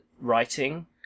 writing